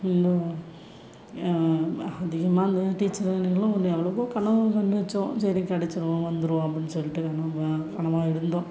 அதிகமாக அந்த டீச்சர் வேலைகளும் எவ்வளோவோ கனவு கண்டு வைச்சோம் சரி கெடைச்சிரும் வந்துடும் அப்புடின்னு சொல்லிட்டு கனவாக இருந்தோம்